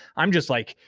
i'm just like,